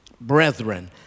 brethren